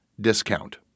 discount